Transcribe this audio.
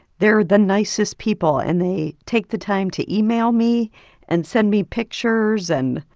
they're the nicest people, and they take the time to email me and send me pictures and.